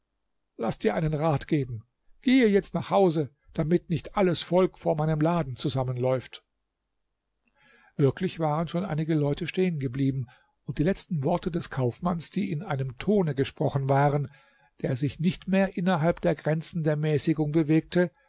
laß dir einen rat geben gehe jetzt nach hause damit nicht alles volk vor meinem laden zusammenläuft wirklich waren schon einige leute stehen geblieben und die letzten worte des kaufmanns die in einem tone gesprochen waren der sich nicht mehr innerhalb der grenzen der mäßigung bewegte